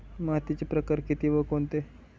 मातीचे प्रकार किती व कोणते?